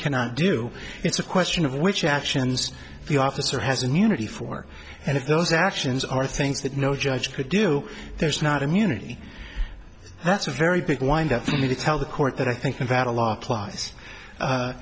cannot do it's a question of which actions the officer has immunity for and if those actions are things that no judge could do there's not immunity that's a very big wind up to me to tell the court that i think